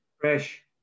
fresh